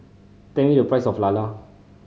tell me the price of lala